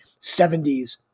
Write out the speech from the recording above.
70s